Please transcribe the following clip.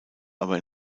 aber